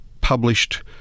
published